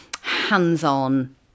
hands-on